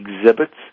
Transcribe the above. exhibits